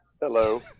Hello